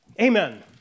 Amen